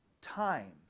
times